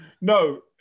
No